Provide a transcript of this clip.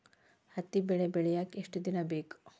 ಹತ್ತಿ ಬೆಳಿ ಬೆಳಿಯಾಕ್ ಎಷ್ಟ ದಿನ ಬೇಕ್?